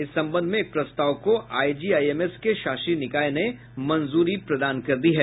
इस संबंध में एक प्रस्ताव को आईजीआईएमएस के शासी निकाय ने मंजूरी प्रदान कर दी है